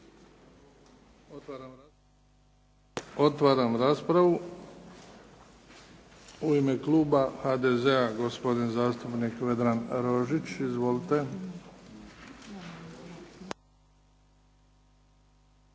Otvaram raspravu. U ime kluba HDZ-a gospodin zastupnik Vedran Rožić. Izvolite.